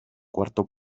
cuarto